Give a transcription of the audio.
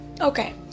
okay